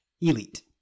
elite